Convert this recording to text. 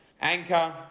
Anchor